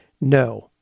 No